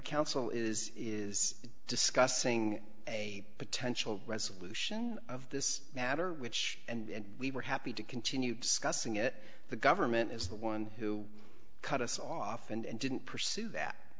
counsel is is discussing a potential resolution of this matter which and we were happy to continue discussing it the government is the one who cut us off and didn't pursue that